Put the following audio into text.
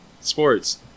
sports